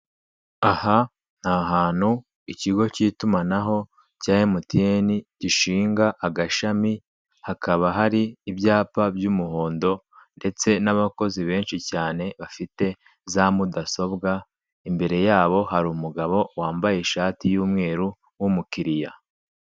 Aha ni ahantu ikigo cy'itumanaho cya emutiyeni gishinga agashami, hakaba hari ibyapa by'umuhondo, ndetse n'abakozi benshi cyane bafite za mudasobwa, imbere yaho hari umugabo wambaye ishati y'umweru, w'umukiriya.